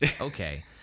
Okay